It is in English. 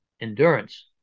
endurance